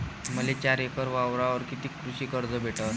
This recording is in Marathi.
मले चार एकर वावरावर कितीक कृषी कर्ज भेटन?